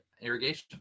irrigation